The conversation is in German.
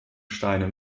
steine